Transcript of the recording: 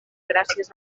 gràcies